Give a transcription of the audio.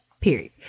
Period